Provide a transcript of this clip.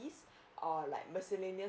or like miscellaneous